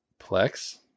Plex